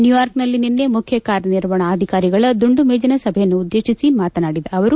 New York ನಲ್ಲಿ ನಿನ್ನೆ ಮುಖ್ಯ ಕಾರ್ಯನಿರ್ವಹಣಾಧಿಕಾರಿಗಳ ದುಂದು ಮೇಜಿನ ಸಭೆಯನ್ನುದ್ದೇಶಿಸಿ ಅವರು ಮಾತನಾಡಿದ ಅವರು